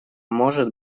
может